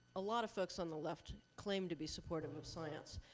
a lot of folks on the left claim to be supportive of science.